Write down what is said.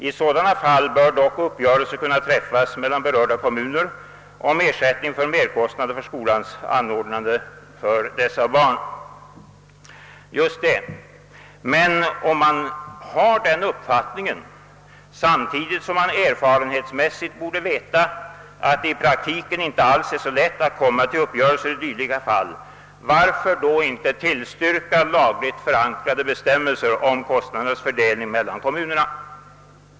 I sådana fall bör dock uppgörelse kunna träffas mellan berörda kommuner om ersättning för merkostnader för skolans anordnande för dessa barn.» Just det! Men om man har denna uppfattning — och man samtidigt borde erfarenhetsmässigt veta att det i praktiken inte alls är så lätt att komma fram till uppgörelser i dylika fall — varför tillstyrker man då inte lagligt förankrade bestämmelser om kostnadernas fördelning mellan kommunerna?